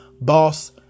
Boss